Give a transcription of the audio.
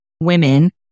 women